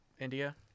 India